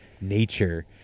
nature